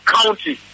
County